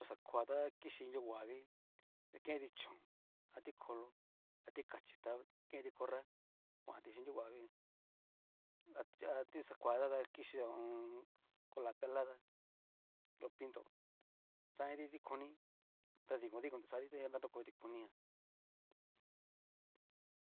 Xakoa ta kichi nriohuavii, ta kenti chón a tikolo, a tikachi ta kenti corra kuanti chín nrohuaviijan adu aduxakua ta da kixhi ho o on. cola pelada, nro pinto, xaniti ti koni ta dikon dikonti xati ta danroko tikonijan.